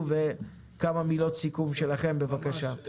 בבקשה.